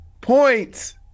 points